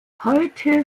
heute